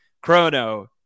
Chrono